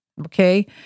Okay